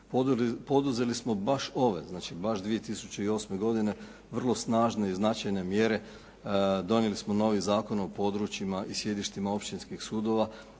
Poduzeli smo baš ove, znači baš 2008. godine vrlo snažne i značajne mjere. Donijeli smo novi zakon o područjima i sjedištima općinskih sudova